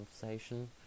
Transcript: conversation